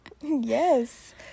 Yes